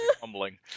fumbling